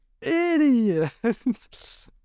Idiot